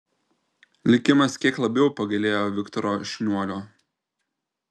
likimas kiek labiau pagailėjo viktoro šniuolio